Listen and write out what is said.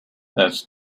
that’s